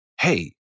hey